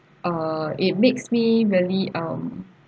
uh it makes me really um